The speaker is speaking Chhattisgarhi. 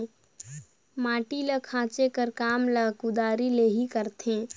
माटी ल खाचे कर काम ल कुदारी ले ही करथे